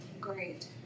great